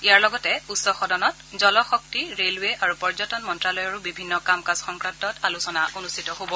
ইয়াৰ লগতে উচ্চ সদনত জলশক্তি ৰেলৱে আৰু পৰ্যটন মন্ত্ৰালয়ৰো বিভিন্ন কাম কাজ সংক্ৰান্তত আলোচনা অনুষ্ঠিত হ'ব